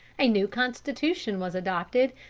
a new constitution was adopted,